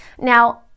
Now